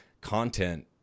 content